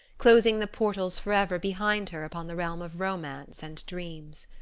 closing the portals forever behind her upon the realm of romance and dreams.